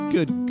Good